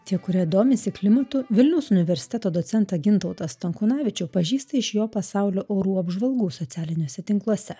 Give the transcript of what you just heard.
tie kurie domisi klimatu vilniaus universiteto docentą gintautą stankūnavičių pažįsta iš jo pasaulio orų apžvalgų socialiniuose tinkluose